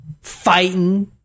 fighting